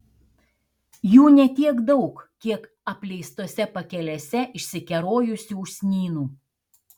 jų ne tiek daug kiek apleistose pakelėse išsikerojusių usnynų